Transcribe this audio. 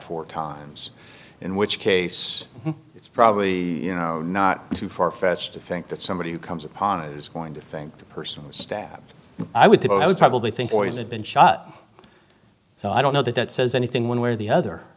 four times in which case it's probably you know not too far fetched to think that somebody who comes upon it is going to think the person was stabbed i would people i would probably think oil had been shot so i don't know that that says anything one way or the other